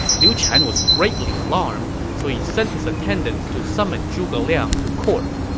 liu chan was greatly alarmed, so he sent his attendants to summon zhuge liang to court.